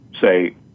say